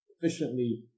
efficiently